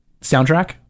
soundtrack